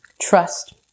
Trust